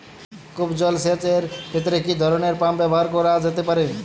কূপ জলসেচ এর ক্ষেত্রে কি ধরনের পাম্প ব্যবহার করা যেতে পারে?